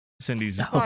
Cindy's